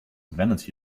vanity